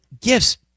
gifts